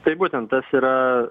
tai būtent tas yra